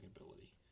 ability